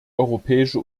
europäische